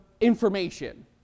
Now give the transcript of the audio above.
information